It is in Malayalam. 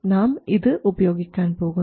നാം ഇത് ഉപയോഗിക്കാൻ പോകുന്നു